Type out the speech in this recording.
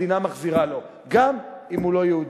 המדינה מחזירה לו גם אם הוא לא יהודי.